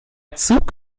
zug